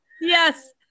Yes